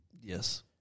Yes